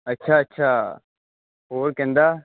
ਅੱਛਾ ਅੱਛਾ ਹੋਰ ਕਿੱਦਾਂ